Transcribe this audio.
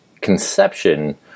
conception